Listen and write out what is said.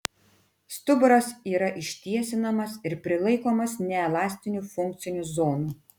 stuburas yra ištiesinamas ir prilaikomas neelastinių funkcinių zonų